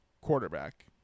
quarterback